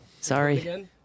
Sorry